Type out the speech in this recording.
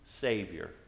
Savior